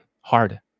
hard